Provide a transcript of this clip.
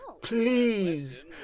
Please